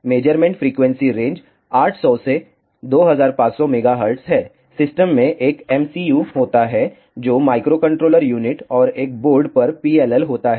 measurement frequency range 800 से 2500 MHz है system में एक MCU होता है जो माइक्रोकंट्रोलर यूनिट और एक बोर्ड पर PLL होता है